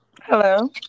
Hello